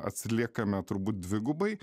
atsiliekame turbūt dvigubai